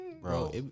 bro